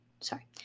sorry